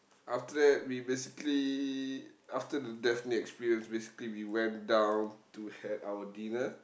after that we basically after that death near experience basically we went down to had our dinner